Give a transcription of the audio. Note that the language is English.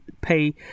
pay